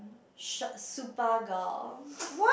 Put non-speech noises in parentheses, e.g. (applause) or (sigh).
Sh~ Super-Girl (breath)